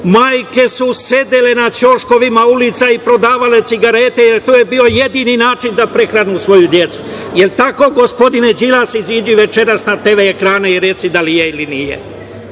Majke su sedele na ćoškovima ulica i prodavale cigarete, jer to je bio jedini način da prehrane svoju decu. Jel, tako gospodine Đilas? Izađi večeras na tv ekrane i reci jeste ili nije.